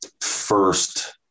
first